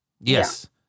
Yes